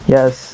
Yes